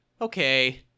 Okay